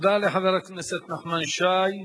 תודה לחבר הכנסת נחמן שי.